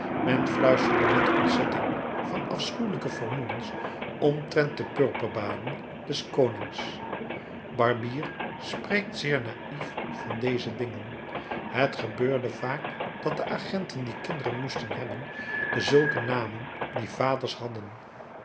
men fluisterde met ontzetting van afschuwelijke vermoedens omtrent de purperbaden des konings barbier spreekt zeer naïef van deze dingen het gebeurde vaak dat de agenten die kinderen moesten hebben dezulken namen die vaders hadden